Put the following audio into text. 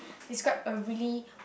describe a really